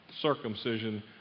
circumcision